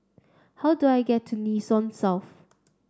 how do I get to Nee Soon South